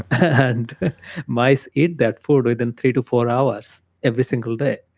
and mice eat that food within three to four hours every single day,